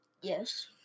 Yes